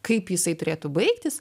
kaip jisai turėtų baigtis